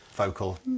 vocal